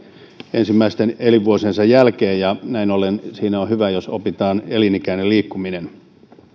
ensimmäisten elinvuosiensa jälkeen ja näin ollen on hyvä jos siinä opitaan elinikäinen liikkuminen